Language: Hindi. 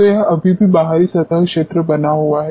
तो यह अभी भी बाहरी सतह क्षेत्र बना हुआ है